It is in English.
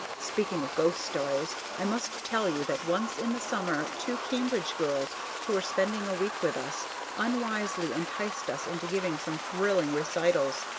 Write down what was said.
speaking of ghost-stories, i must tell you that once in the summer two cambridge girls who were spending a week with us unwisely enticed us into giving some thrilling recitals,